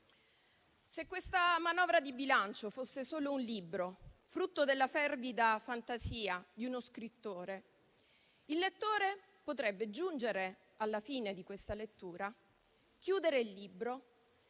Se questa manovra di bilancio fosse solo un libro, frutto della fervida fantasia di uno scrittore, il lettore potrebbe giungere alla fine della lettura, chiudere il libro